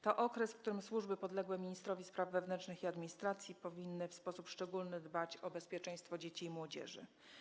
To okres, w którym służby podległe ministrowi spraw wewnętrznych i administracji powinny w sposób szczególny zadbać o bezpieczeństwo dzieci i młodzieży.